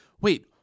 wait